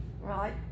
Right